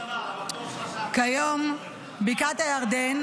כיום בקעת הירדן